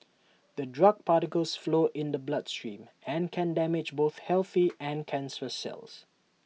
the drug particles flow in the bloodstream and can damage both healthy and cancerous cells